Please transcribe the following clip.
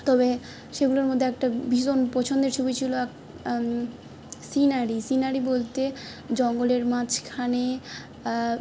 তবে সেগুলোর মধ্যে একটা ভীষণ পছন্দের ছবি ছিল সিনারি সিনারি বলতে জঙ্গলের মাঝখানে